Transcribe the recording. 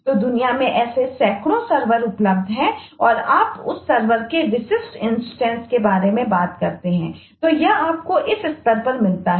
तो दुनिया में ऐसे सैकड़ों सर्वर कहा जाता है